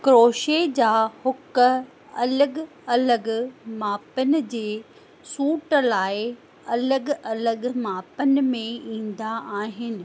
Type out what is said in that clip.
crochet जा hook अलॻि अलॻि मापनि जे सुट लाइ अलॻि अलॻि मापनि में ईंदा आहिनि